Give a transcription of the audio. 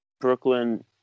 Brooklyn